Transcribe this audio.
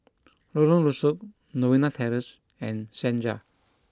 Lorong Rusuk Novena Terrace and Senja